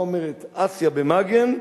אנחנו לא, מה שהגמרא אומרת: אסיא דמגן,